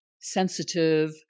sensitive